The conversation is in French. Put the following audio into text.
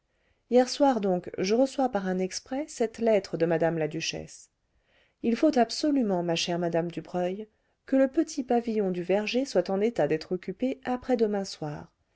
hier soir donc je reçois par un exprès cette lettre de mme la duchesse il faut absolument ma chère madame dubreuil que le petit pavillon du verger soit en état d'être occupé après-demain soir